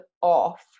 off